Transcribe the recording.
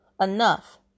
enough